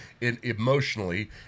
emotionally